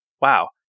wow